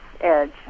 edge